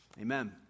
Amen